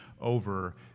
over